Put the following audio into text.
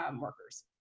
workers